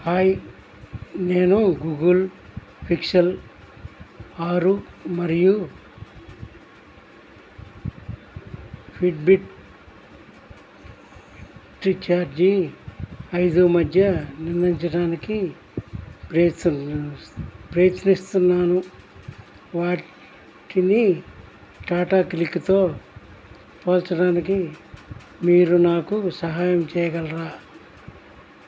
hi నేను Google Pixel ఆరు మరియు ఫిట్బిట్ ఛార్జి ఐదు మధ్య నిర్ణయించడానికి ప్రయత్నం ప్రయత్నిస్తున్నాను వాటిని టాటా క్లిక్తో పోల్చడానికి మీరు నాకు సహాయం చేయగలరా